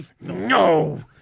no